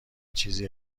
چیزی